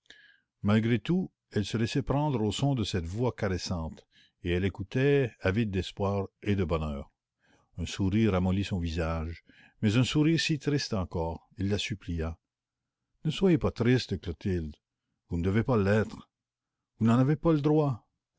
malgré tout elle se laissait prendre au son de cette voix caressante et elle écoutait avide d'espoir et d'illusion un sourire amollit son visage mais un sourire si triste encore il la supplia ne soyez pas triste clotilde vous ne devez pas l'être vous n'en avez pas le droit